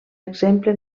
exemple